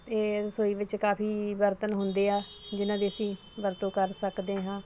ਅਤੇ ਰਸੋਈ ਵਿੱਚ ਕਾਫੀ ਬਰਤਨ ਹੁੰਦੇ ਆ ਜਿਨ੍ਹਾਂ ਦੇ ਅਸੀਂ ਵਰਤੋਂ ਕਰ ਸਕਦੇ ਹਾਂ